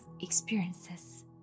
experiences